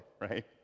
right